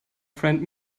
friend